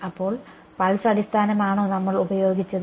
അപ്പോൾ പൾസ് അടിസ്ഥാനമാണോ നമ്മൾ ഉപയോഗിച്ചത്